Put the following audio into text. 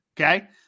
Okay